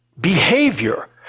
behavior